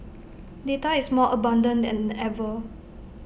data is more abundant than ever